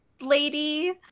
lady